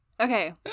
okay